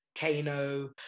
Kano